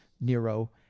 nero